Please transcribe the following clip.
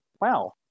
wow